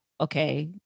okay